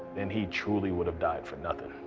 then he truly would have died for nothing.